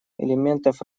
элементов